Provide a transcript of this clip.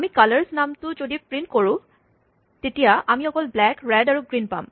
আমি কালাৰছ নামটো যদি প্ৰিন্ট কৰোঁ তেতিয়া আমি অকল ব্লেক ৰেড আৰু গ্ৰীন পাম